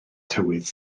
tywydd